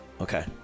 Okay